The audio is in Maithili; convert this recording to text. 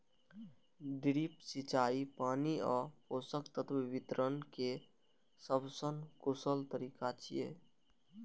ड्रिप सिंचाई पानि आ पोषक तत्व वितरण के सबसं कुशल तरीका छियै